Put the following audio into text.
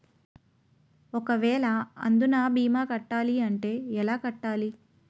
ఒక వేల అందునా భీమా కట్టాలి అంటే ఎలా కట్టాలి?